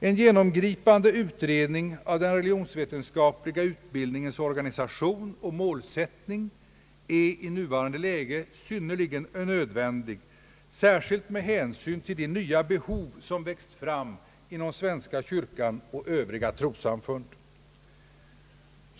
En genomgripande utredning av den rTeligionsvetenskapliga utbildningens organisation och målsättning är i nuvarande läge synnerligen nödvändig, särskilt med hänsyn till de nya behov som växt fram inom svenska kyrkan och övriga trossamfund.